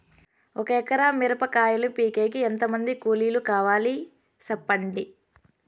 ఒక ఎకరా మిరప కాయలు పీకేకి ఎంత మంది కూలీలు కావాలి? సెప్పండి?